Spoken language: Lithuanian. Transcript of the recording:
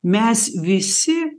mes visi